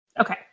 Okay